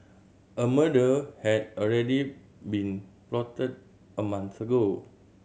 a murder had already been plotted a month ago